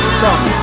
Strong